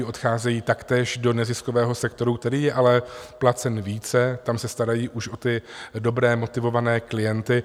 Odcházejí taktéž do neziskového sektoru, který je ale placen více, tam se starají už o ty dobré, motivované klienty.